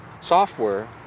software